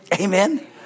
Amen